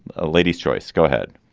a ladies choice. go ahead.